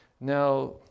Now